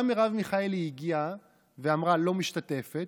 גם מרב מיכאלי הגיעה ואמרה: לא משתתפת,